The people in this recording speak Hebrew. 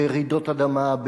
ברעידות אדמה,